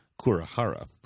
Kurahara